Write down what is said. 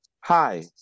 Hi